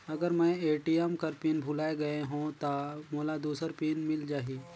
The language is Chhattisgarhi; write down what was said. अगर मैं ए.टी.एम कर पिन भुलाये गये हो ता मोला दूसर पिन मिल जाही?